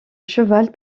cheval